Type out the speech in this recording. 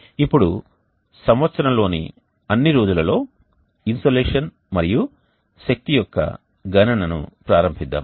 ఇప్పుడు సంవత్సరంలోని అన్ని రోజులలో ఇన్సోలేషన్ మరియు శక్తి యొక్క గణనను ప్రారంభిద్దాం